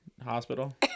hospital